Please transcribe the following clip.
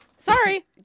Sorry